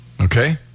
Okay